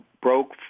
broke